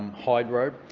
hyde road,